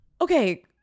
Okay